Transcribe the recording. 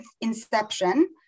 inception